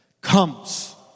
comes